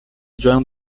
joined